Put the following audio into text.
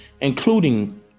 including